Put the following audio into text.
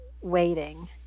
waiting